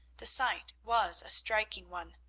the sight was a striking one.